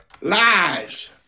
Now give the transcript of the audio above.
lives